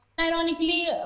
Ironically